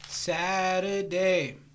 Saturday